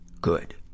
good